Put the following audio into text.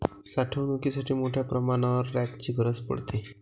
साठवणुकीसाठी मोठ्या प्रमाणावर रॅकची गरज पडते